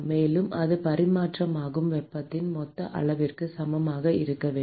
மேலும் அது பரிமாற்றப்படும் வெப்பத்தின் மொத்த அளவிற்கு சமமாக இருக்க வேண்டும்